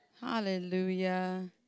Hallelujah